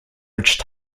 which